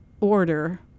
order